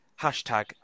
hashtag